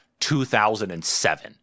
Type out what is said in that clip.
2007